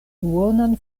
duonan